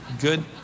Good